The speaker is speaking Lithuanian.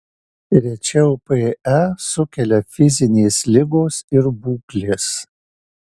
rečiau pe sukelia fizinės ligos ir būklės